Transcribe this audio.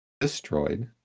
destroyed